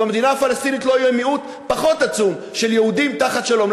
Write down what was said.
ובמדינה הפלסטינית לא יהיה מיעוט פחות עצום של יהודים תחת שלום.